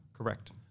Correct